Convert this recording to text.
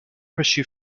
pursue